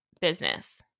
business